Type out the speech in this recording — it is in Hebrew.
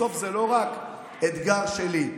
בסוף זה לא רק אתגר שלי,